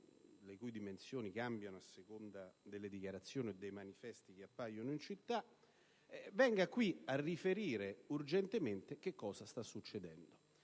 (le cui dimensioni cambiano a seconda delle dichiarazioni e dei manifesti che appaiono in città), venga urgentemente a riferire in Aula su cosa sta succedendo.